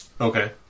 Okay